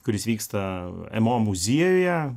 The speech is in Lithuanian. kuris vyksta mo muziejuje